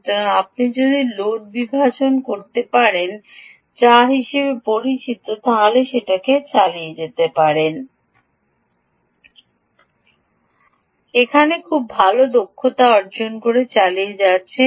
সুতরাং আপনি লোড বিভাজন লোড বিভাজন যা করেন তা হিসাবে পরিচিত সুতরাং যে আপনি ব্যবহার করেছেন আপনার এলডিও থেকে আপনি খুব ভাল দক্ষতা অর্জন করতে চালিয়ে যাচ্ছেন